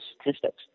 statistics